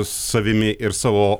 savimi ir savo